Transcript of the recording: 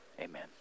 amen